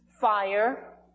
fire